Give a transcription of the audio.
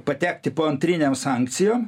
patekti po antrinėm sankcijom